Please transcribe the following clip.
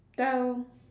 tell